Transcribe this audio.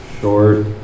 short